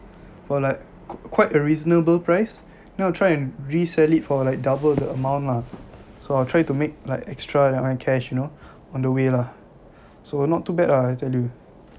for like qui~ quite a reasonable price then I will try and resell it for like double the amount lah so I'll try to make like extra cash you know on the way lah so not too bad lah I tell you